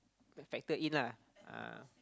factor in lah ah